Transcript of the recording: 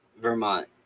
Vermont